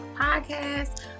podcast